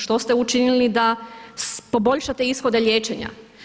Što ste učinili da poboljšate ishode liječenja?